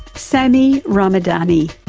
sami ramadani,